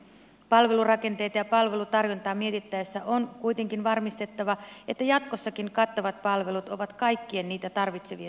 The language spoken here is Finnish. palvelurakenteita ja palvelutarjontaa mietittäessä on kuitenkin varmistettava että jatkossakin kattavat palvelut ovat kaikkien niitä tarvitsevien saatavissa